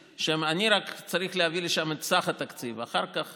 אני רק צריך להביא לשם את סך התקציב ואחר כך